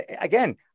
again